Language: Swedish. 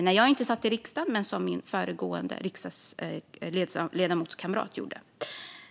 Då satt inte jag i riksdagen, men min företrädare som riksdagsledamot gjorde det.